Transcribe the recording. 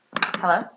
hello